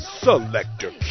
Selector